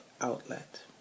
outlet